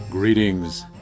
Greetings